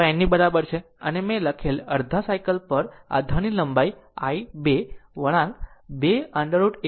આ n બરાબર છે અને મેં લખેલ અડધા સાયકલ પર આધારની લંબાઈ i 2 વળાંકની 2√area બરાબર છે